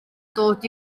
dod